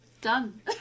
Done